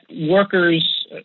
workers